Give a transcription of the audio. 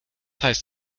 heißt